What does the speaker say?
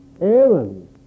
Aaron